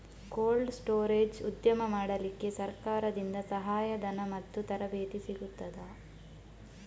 Cold storage ಉದ್ಯಮ ಮಾಡಲಿಕ್ಕೆ ಸರಕಾರದಿಂದ ಸಹಾಯ ಧನ ಮತ್ತು ತರಬೇತಿ ಸಿಗುತ್ತದಾ?